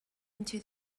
into